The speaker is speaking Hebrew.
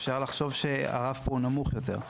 אפשר לחשוב שהרף פה הוא נמוך יותר.